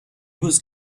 was